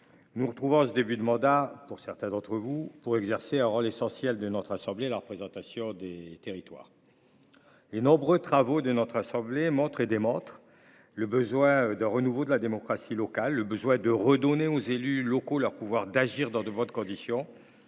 nous nous retrouvons, en ce début de mandat – à tout le moins, pour certains d’entre vous – pour exercer un rôle essentiel de notre assemblée : la représentation des territoires. De nombreux travaux de notre assemblée montrent le besoin d’un renouveau de la démocratie locale, le besoin de redonner aux élus locaux leur pouvoir d’agir dans de bonnes conditions,